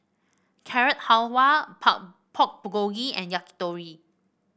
Carrot Halwa Pork Bulgogi and Yakitori